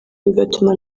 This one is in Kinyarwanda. bigatuma